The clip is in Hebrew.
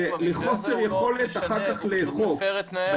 לחוסר יכולת אחר כך לאכוף.